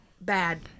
bad